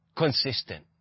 consistent